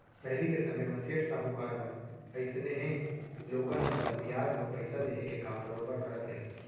पहिली के समे म सेठ साहूकार मन अइसनहे लोगन मन ल बियाज म पइसा देहे के काम बरोबर करत रहिन